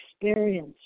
experience